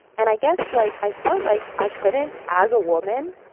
and i guess like i felt like i couldn't as a woman